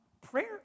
prayer